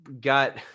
got